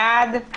בעד.